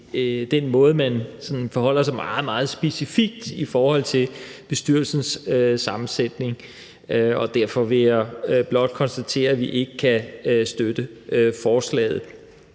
den måde, man sådan forholder sig meget, meget specifikt i forhold til bestyrelsens sammensætning, og derfor vil jeg blot konstatere, at vi ikke kan støtte forslaget.